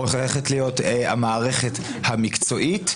הולכת להיות המערכת המקצועית,